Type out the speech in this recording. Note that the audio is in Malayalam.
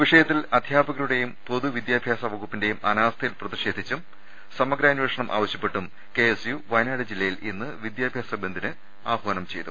വിഷയത്തിൽ അധ്യാപകരുടെയും പൊതുവിദ്യാഭ്യാസ വകുപ്പി ന്റെയും അനാസ്ഥയിൽ പ്രതിഷേധിച്ചും സമഗ്രാന്വേഷണം ആവശ്യ പ്പെട്ടും കെഎസ്യു വയനാട് ജില്ലയിൽ ഇന്ന് വിദ്യാഭ്യാസ ബന്ദിന് ആഹ്വാനം ചെയ്തു